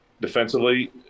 defensively